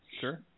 Sure